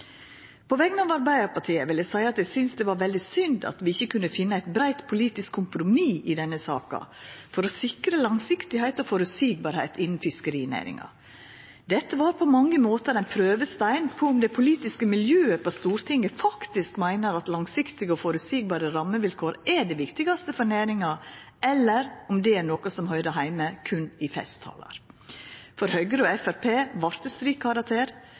På vegner av Arbeidarpartiet vil eg seia at eg synest det var veldig synd at vi ikkje kunne finna eit breitt politisk kompromiss i denne saka for å sikra langsiktigheit og føreseielegheit innan fiskerinæringa. Dette var på mange måtar ein prøvestein på om det politiske miljøet på Stortinget faktisk meiner at langsiktige og føreseielege rammevilkår er det viktigaste for næringa, eller om det er noko som høyrer heime berre i festtalar. For Høgre og Framstegspartiet vart